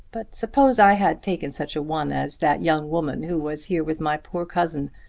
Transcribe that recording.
but suppose i had taken such a one as that young woman who was here with my poor cousin.